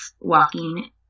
walking